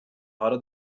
هارو